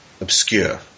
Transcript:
obscure